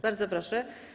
Bardzo proszę.